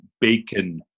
bacon